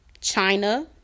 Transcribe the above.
China